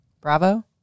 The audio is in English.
Bravo